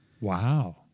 Wow